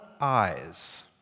eyes